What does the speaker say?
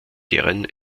deren